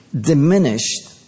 diminished